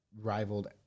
rivaled